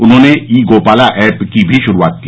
उन्होंने e Gopala app की भी शुरूआत की